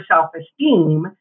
self-esteem